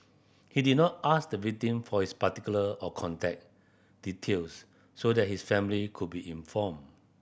he did not ask the victim for his particulars or contact details so that his family could be informed